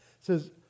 says